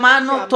שמענו,